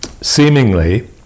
Seemingly